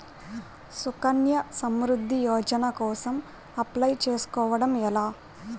సుకన్య సమృద్ధి యోజన కోసం అప్లయ్ చేసుకోవడం ఎలా?